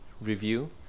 review